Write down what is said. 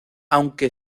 aunque